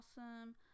awesome